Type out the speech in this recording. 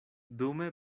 dume